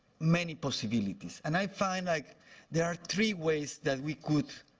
many possibilities, and i find like there are three ways that we could,